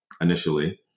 initially